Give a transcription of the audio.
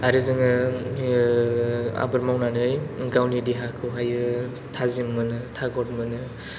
आरो जों आबाद मावनानै गावनि देहाखौहाय थाजिम मोनो तागद मोनो